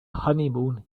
honeymoon